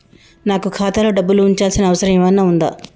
నాకు ఖాతాలో డబ్బులు ఉంచాల్సిన అవసరం ఏమన్నా ఉందా?